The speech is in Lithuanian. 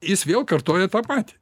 jis vėl kartoja tą patį